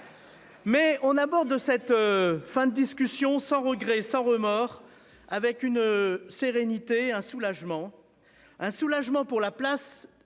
Mais on aborde cette. Fin de discussion sans regrets sans remords avec une sérénité, un soulagement. Un soulagement pour la place